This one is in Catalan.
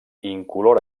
incolor